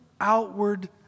outward